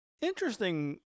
interesting